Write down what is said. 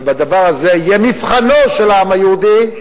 ובדבר הזה יהיה מבחנו של העם היהודי,